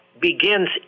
begins